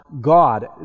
God